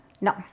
No